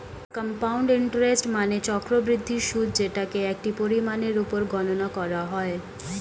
compound interest মানে চক্রবৃদ্ধি সুদ যেটাকে একটি পরিমাণের উপর গণনা করা হয়